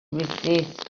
resist